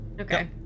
Okay